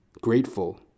grateful